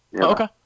Okay